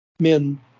men